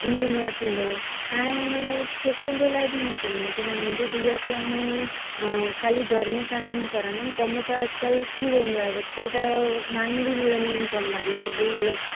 engineer थींदो हाणे छोकरियुन जे लाइ बि ईंअ ई चईंदा आहिनि कि मुंहिंजी धीअ के आऊं अ ख़ाली घर में कोन्ह कंरदम कम त अॼकल्ह थी वेंदो आहे अॼकल्ह त माईयूं बि मिलंदियूं आहिनि कम वारी की भई हलो